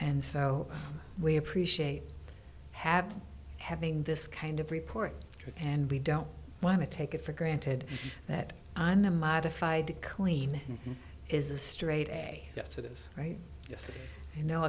and so we appreciate having having this kind of report and we don't want to take it for granted that on a modified clean is a straight a yes that is right